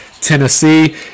Tennessee